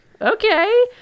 okay